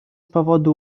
powodu